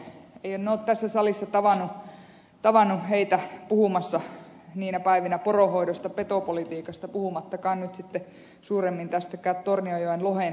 en ole tässä salissa tavannut heitä puhumassa niinä päivinä poronhoidosta petopolitiikasta puhumattakaan nyt sitten suuremmin tästäkään tornionjoen lohen turvaamisesta